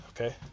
okay